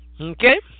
Okay